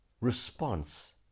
response